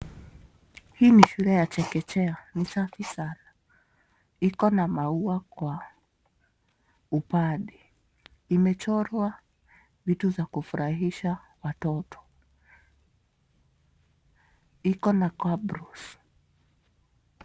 Hii ni shule ya chekechea. Ni safi sana. Iko na maua kwa upande. Imechorwa vitu za kufurahisha watoto. Iko na cabros .